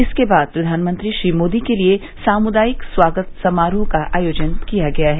इसके बाद प्रधानमंत्री श्री मोदी के लिए सामुदायिक स्वागत समारोह का आयोजन किया गया है